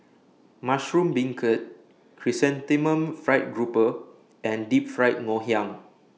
Mushroom Beancurd Chrysanthemum Fried Grouper and Deep Fried Ngoh Hiang